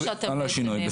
השינוי שאתם מובילים.